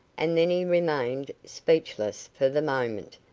and then he remained speechless for the moment,